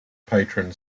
patron